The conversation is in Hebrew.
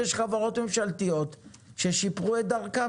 שיש חברות ממשלתיות ששיפרו את דרכן,